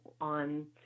on